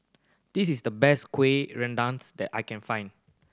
this is the best kuih that I can find